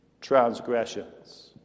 transgressions